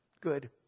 good